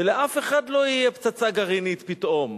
שלאף אחד לא תהיה פצצה גרעינית, פתאום.